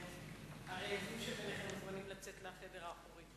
הרעבים שביניכם מוזמנים לצאת לחדר האחורי.